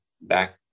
back